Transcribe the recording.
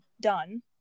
done